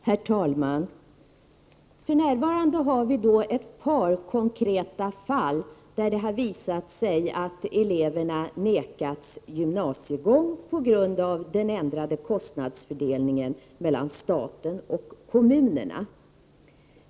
Herr talman! För närvarande finns det ett par konkreta fall, där det har visat sig att eleverna nekats gymnasiegång på grund av den ändrade kostnadsfördelningen mellan staten och kommunerna.